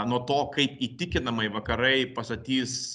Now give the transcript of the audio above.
nuo to kaip įtikinamai vakarai pastatys